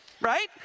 Right